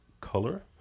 Color